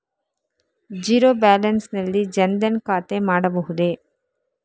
Zero balance ನಲ್ಲಿ ಜನ್ ಧನ್ ಖಾತೆ ಮಾಡಬಹುದೇ?